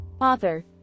Author